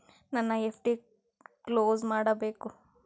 ನನ್ನ FD close ಮಾಡಬೇಕು